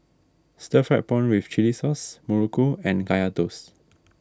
Stir Fried Pawn with Chili Sauce Muruku and Kaya Toast